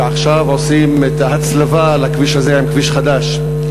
ועכשיו עושים את ההצלבה לכביש הזה עם כביש חדש.